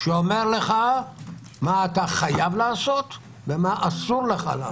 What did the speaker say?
שאומר לך מה אתה חייב לעשות ומה אסור לך לעשות,